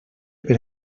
per